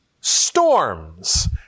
Storms